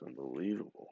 unbelievable